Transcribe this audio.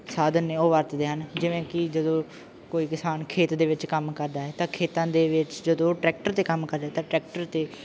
ਸਾਧਨ ਨੇ ਉਹ ਵਰਤਦੇ ਹਨ ਜਿਵੇਂ ਕਿ ਜਦੋਂ ਕੋਈ ਕਿਸਾਨ ਖੇਤ ਦੇ ਵਿੱਚ ਕੰਮ ਕਰਦਾ ਹੈ ਤਾਂ ਖੇਤਾਂ ਦੇ ਵਿੱਚ ਜਦੋਂ ਉਹ ਟਰੈਕਟਰ 'ਤੇ ਕੰਮ ਕਰ ਰਿਹਾ ਤਾਂ ਟਰੈਕਟਰ 'ਤੇ